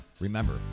remember